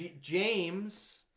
James